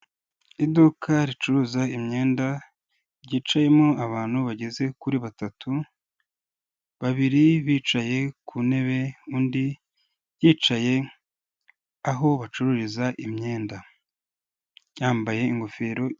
Iduka ricuruza imyenda ryicayemo abantu bageze kuri batatu, babiri bicaye ku ntebe undi yicaye aho bacururiza imyenda. Yambaye ingofero.